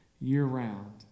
year-round